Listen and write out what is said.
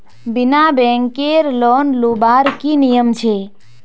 बिना बैंकेर लोन लुबार की नियम छे?